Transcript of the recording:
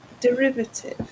derivative